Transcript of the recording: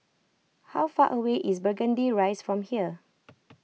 how far away is Burgundy Rise from here